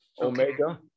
omega